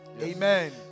Amen